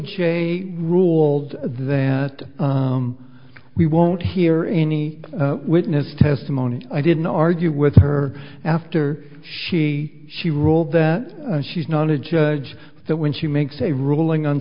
j ruled that we won't hear any witness testimony i didn't argue with her after she she ruled that she's not a judge so when she makes a ruling on